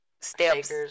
steps